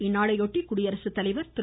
இந்நாளை ஒட்டி குடியரசுத்தலைவர் திரு